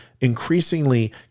increasingly